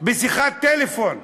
בשיחת טלפון.